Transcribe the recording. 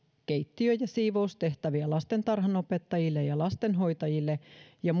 keittiö ja siivoustehtäviä lastentarhanopettajille ja lastenhoitajille ja